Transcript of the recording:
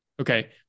Okay